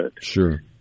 Sure